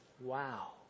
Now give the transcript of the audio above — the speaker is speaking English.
wow